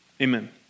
Amen